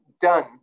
done